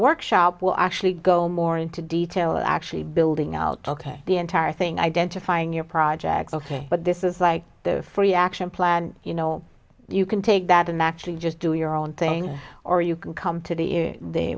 workshop will actually go more into detail actually building out ok the entire thing identifying your project ok but this is like the free action plan you know you can take that and actually just do your own thing or you can come to the the